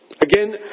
Again